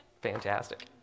Fantastic